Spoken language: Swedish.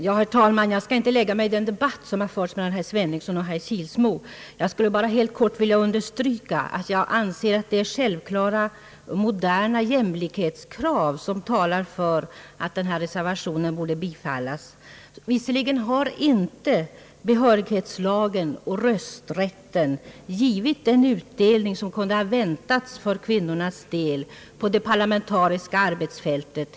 Herr talman! Jag skall inte lägga mig i den debatt som har förts mellan herr Sveningsson och herr Kilsmo utan vill bara helt kort understryka att jag anser att självklara, moderna jämlikhetskrav talar för att denna motion bör bifallas. Visserligen har inte behörighetslagen och rösträtten givit den utdelning som kunde ha väntats för kvinnornas del på det parlamentariska arbetsfältet.